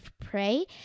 prey